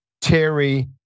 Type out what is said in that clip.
Terry